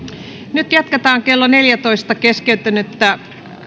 nyt jatketaan kello neljätoista keskeytynyttä